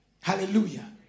Hallelujah